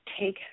take